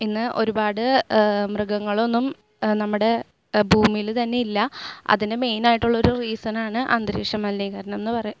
ഇന്ന് ഒരുപാട് മൃഗങ്ങളൊന്നും നമ്മുടെ ഭൂമിയിൽ തന്നെയില്ല അതിന് മെയിൻ ആയിട്ടുള്ള ഒരു റീസൺ ആണ് അന്തരീക്ഷ മലിനീകരണം എന്ന് പറയ്